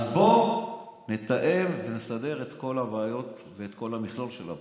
אז בוא נתאם ונסדר את כל הבעיות ואת כל המכלול של הבעיות.